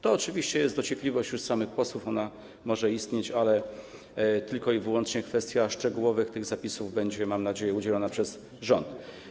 To oczywiście jest dociekliwość już samych posłów, ona może istnieć, ale tylko i wyłącznie odpowiedź co do tych szczegółowych zapisów będzie, mam nadzieję, udzielana przez rząd.